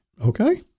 Okay